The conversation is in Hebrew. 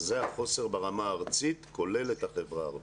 זה החוסר ברמה הארצית כולל את החברה הערבית.